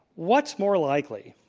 what's more likely,